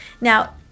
Now